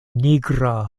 nigra